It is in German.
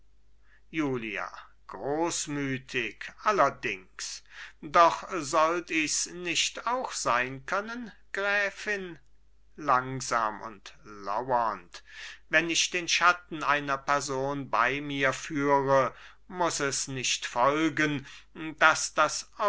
julia großmütig allerdings doch sollt ichs nicht auch sein können gräfin langsam und laurend wenn ich den schatten einer person bei mir führe muß es nicht folgen daß das